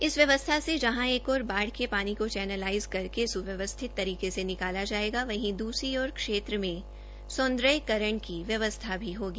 इस व्यवस्था से जहां एक ओर बाढ़ के पानी को चैनेलाईज करके सुव्यवस्थित तरीके से निकाला जाएगा वहीं दूसरी ओर क्षेत्र में सौंदर्यकरण की व्यवस्था भी होगी